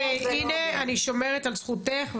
הנה אני שומרת על זכותך,